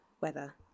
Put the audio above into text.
weather